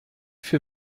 für